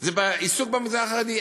זה העיסוק במגזר החרדי.